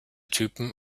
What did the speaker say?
typen